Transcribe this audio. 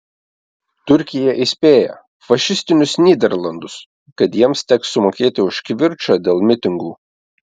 turkija įspėja fašistinius nyderlandus kad jiems teks sumokėti už kivirčą dėl mitingų